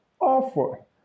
awful